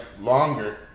longer